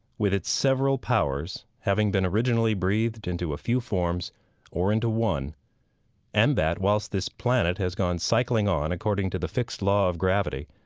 with its several powers, having been originally breathed into a few forms or into one and that, whilst this planet has gone cycling on according to the fixed law of gravity,